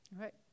right